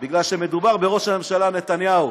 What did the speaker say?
כי מדובר בראש הממשלה נתניהו.